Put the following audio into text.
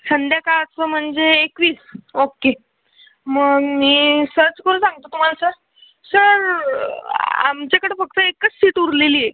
संध्याकाळचं म्हणजे एकवीस ओके मग मी सर्च करून सांगतो तुम्हाला सर सर आमच्याकडं फक्त एकच सीट उरलेली आहे